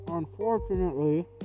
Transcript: Unfortunately